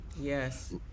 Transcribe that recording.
Yes